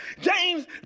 James